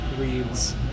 reads